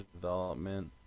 development